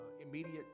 immediate